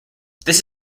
this